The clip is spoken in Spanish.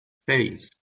seis